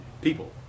people